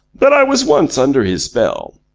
that i was once under his spell.